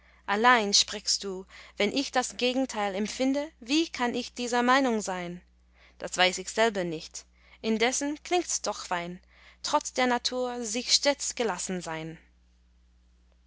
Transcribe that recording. allein sprichst du wenn ich das gegenteil empfinde wie kann ich dieser meinung sein das weiß ich selber nicht indessen klingts doch fein trotz der natur sich stets gelassen sein